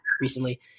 recently